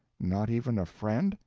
not even a friend?